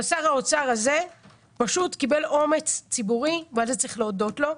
שר האוצר הזה פשוט קיבל אומץ ציבורי ועל זה צריך להודות לו.